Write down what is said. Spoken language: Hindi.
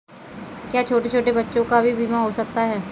क्या छोटे छोटे बच्चों का भी बीमा हो सकता है?